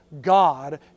God